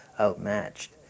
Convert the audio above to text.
outmatched